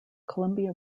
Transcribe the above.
columbia